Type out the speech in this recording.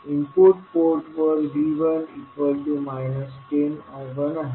input पोर्टवर V1 10 I1आहे